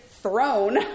thrown